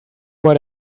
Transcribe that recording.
what